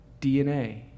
DNA